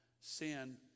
sin